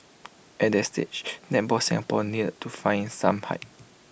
at that stage netball Singapore needed to find some height